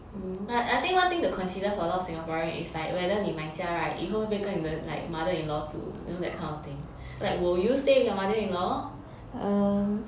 mm but I think one thing to consider for a lot of singaporeans is like whether 你买家 [right] 会不会跟你的 mother-in-law 住 you know kind of thing like will you stay with your mother-in-law